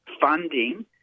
funding